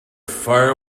far